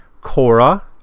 Cora